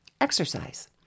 exercise